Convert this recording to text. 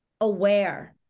aware